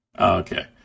Okay